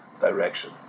direction